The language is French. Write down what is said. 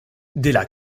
della